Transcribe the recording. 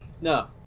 No